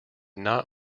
not